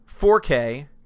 4K